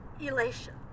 elation